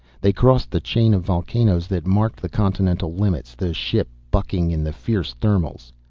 they crossed the chain of volcanoes that marked the continental limits, the ship bucking in the fierce thermals.